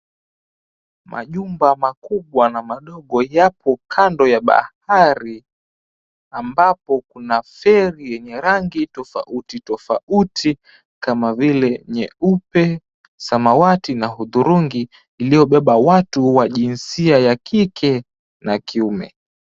Majumba makubwa na madogo yapo kando ya bahari, ambapo kuna feri yenye rangi tofauti tofauti kama vile nyeupe, samawati na hudhurungi, iliyobeba watu wa jinsia ya kike na kiume.